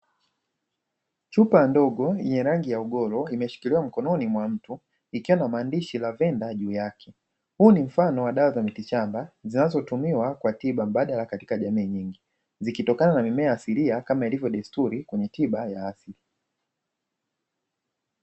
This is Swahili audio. Chupa ndogo yenye rangi ya ugolo imeshikiliwa mkononi mwa mtu ikiwa na maandishi Lavender juu yake, huu ni mfano wa dawa za mitishamba zinazotumiwa kwa tiba mbadala tiba mbadala katika jamii nyingi zikitokana na mimea asilia kama ilivyo destuli kwenye tiba ya afya.